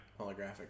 Holographic